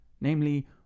Namely